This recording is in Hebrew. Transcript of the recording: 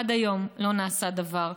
עד היום לא נעשה דבר.